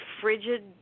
frigid